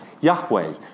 Yahweh